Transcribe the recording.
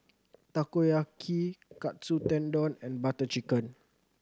Takoyaki Katsu Tendon and Butter Chicken